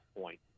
point